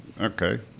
okay